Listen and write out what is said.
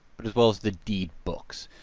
but as well as the deed books.